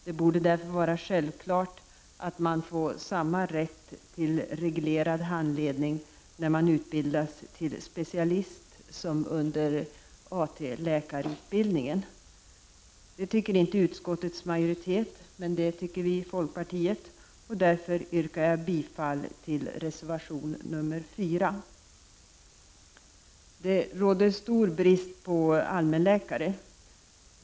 Det borde därför vara självklart att man får samma rätt till reglerad handledning när man utbildas till specialist som man har under AT-läkarutbildningen. Det tycker inte utskottets majoritet. Men det tycker vi i folkpartiet. Därför yrkar jag bifall till reservation nr 4. Det råder stor brist på allmänläkare.